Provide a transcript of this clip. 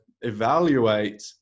evaluate